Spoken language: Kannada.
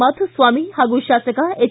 ಮಾಧುಸ್ವಾಮಿ ಪಾಗೂ ಶಾಸಕ ಎಚ್